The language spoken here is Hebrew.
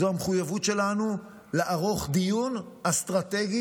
המחויבות שלנו היא לערוך דיון אסטרטגי